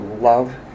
Love